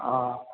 हा